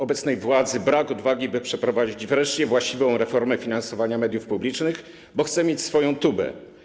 Obecnej władzy brak odwagi, by przeprowadzić wreszcie właściwą reformę finansowania mediów publicznych, bo chce mieć swoją tubę.